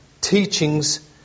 teachings